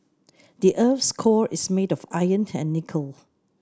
the earth's core is made of iron and nickel